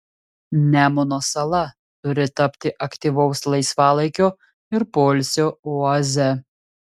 nemuno sala turi tapti aktyvaus laisvalaikio ir poilsio oaze